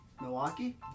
Milwaukee